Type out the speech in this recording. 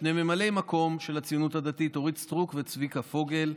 ושני ממלאי מקום של הציונות הדתית: אורית סטרוק וצביקה פוגל,